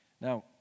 Now